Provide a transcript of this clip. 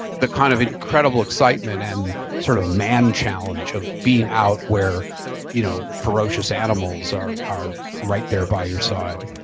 the kind of incredible excitement and sort of man challenge of being out where you know ferocious animals are are right there by your side